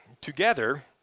together